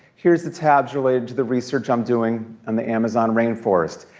here's the tabs related to the research i'm doing on the amazon rainforest.